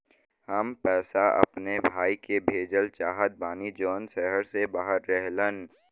हम पैसा अपने भाई के भेजल चाहत बानी जौन शहर से बाहर रहेलन